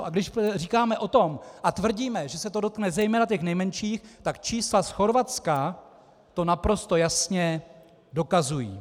A když říkáme o tom a tvrdíme, že se to dotkne zejména těch nejmenších, tak čísla z Chorvatska to naprosto jasně dokazují.